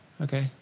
Okay